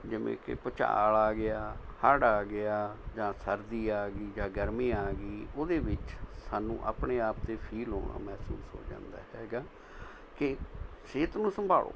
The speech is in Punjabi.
ਜਿਵੇਂ ਕਿ ਭੁਚਾਲ ਆ ਗਿਆ ਹੜ੍ਹ ਆ ਗਿਆ ਜਾਂ ਸਰਦੀ ਆ ਗਈ ਜਾਂ ਗਰਮੀ ਆ ਗਈ ਉਹਦੇ ਵਿੱਚ ਸਾਨੂੰ ਆਪਣੇ ਆਪ 'ਤੇ ਫੀਲ ਹੋਣਾ ਮਹਿਸੂਸ ਹੋ ਜਾਂਦਾ ਹੈ ਕਿ ਸਿਹਤ ਨੂੰ ਸੰਭਾਲੋ